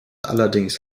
allerdings